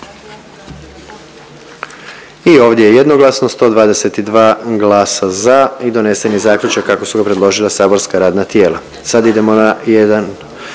I ovdje je jednoglasno 122 glasa za i donesen je zaključak kako su ga predložila saborska radna tijela.